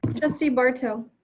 trustee barto.